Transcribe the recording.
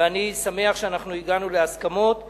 ואני שמח שהגענו להסכמות בוועדה.